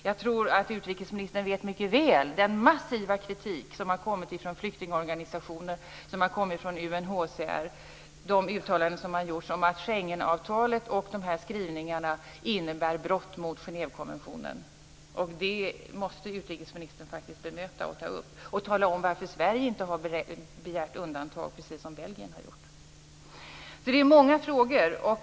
Jag tror att utrikesministern mycket väl känner till den massiva kritik som har kommit från flyktingorganisationer och UNHCR och de uttalanden som har gjorts om att Schengenavtalet och dessa skrivningar innebär ett brott mot Genèvekonventionen. Det måste utrikesministern faktiskt ta upp och bemöta och tala om varför Sverige inte har begärt undantag, precis som Belgien har gjort. Det finns många frågor.